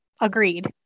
Agreed